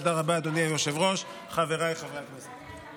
תודה רבה, אדוני היושב-ראש, חבריי חברי הכנסת.